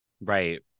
Right